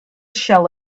shell